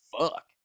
Fuck